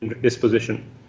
disposition